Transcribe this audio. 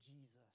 Jesus